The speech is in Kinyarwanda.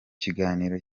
kiganiro